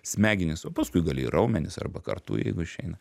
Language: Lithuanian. smegenis o paskui gali ir raumenis arba kartu jeigu išeina